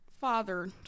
father